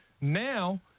Now